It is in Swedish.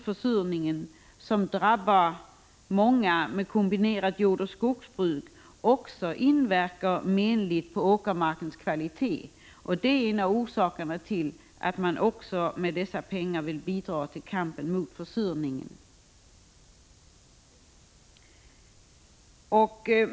Försurningen, som drabbar många med kombinerat jordoch skogsbruk, inverkar också menligt på åkermarkens kvalitet. Det är en av orsakerna till att man med dessa pengar vill bidra till kampen mot försurningen.